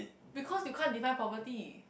because you can't define poverty